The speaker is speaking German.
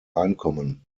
einkommen